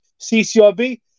CCRB